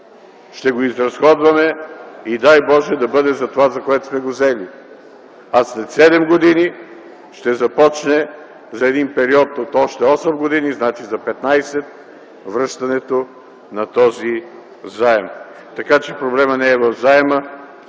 Ще го изразходваме и, дай Боже, да бъде за това, за което сме го взели. А след 7 години ще започне за един период от още 8 години, значи за 15, връщането на този заем. Така че проблемът не е в заема,